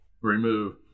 remove